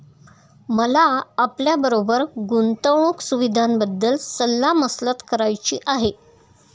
मला आपल्याबरोबर गुंतवणुक सुविधांबद्दल सल्ला मसलत करायची आहे